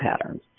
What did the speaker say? patterns